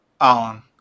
Alan